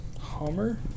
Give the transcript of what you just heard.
Hummer